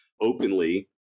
openly